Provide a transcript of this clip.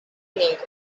pink